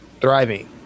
thriving